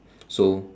so